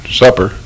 supper